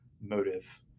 motive